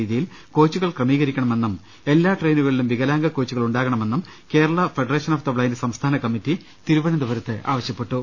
രീതിയിൽ കോച്ചുകൾ ക്രമീകരിക്കണമെന്നും എല്ലാ ട്രെയിനുകളിലും വികലാംഗ കോച്ചുകൾ ഉണ്ടാകണമെന്നും Kerala federation of the blind സംസ്ഥാന കമ്മിറ്റി തിരുവനന്തപുരത്ത് ആവശ്യപ്പെട്ടു